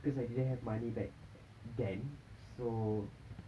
because I didn't have money back then so